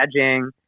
edging